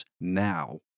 now